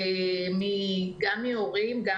גם מהורים וגם